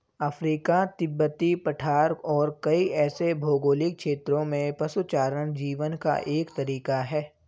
Africa, तिब्बती पठार और कई ऐसे भौगोलिक क्षेत्रों में पशुचारण जीवन का एक तरीका है